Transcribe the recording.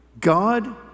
God